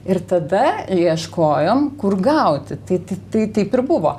ir tada ieškojom kur gauti tai tai tai taip ir buvo